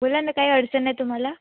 बोला ना काही अडचण आहे तुम्हाला